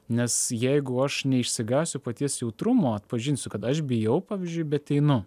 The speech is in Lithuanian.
nes jeigu aš neišsigąsiu paties jautrumo atpažinsiu kad aš bijau pavyzdžiui bet einu